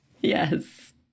yes